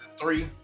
three